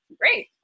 great